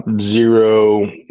zero